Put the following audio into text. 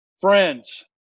Friends